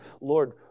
Lord